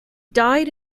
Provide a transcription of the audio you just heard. died